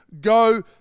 go